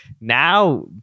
now